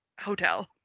hotel